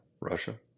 Russia